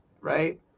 right